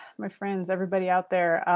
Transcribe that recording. my friends, everybody out there,